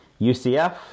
ucf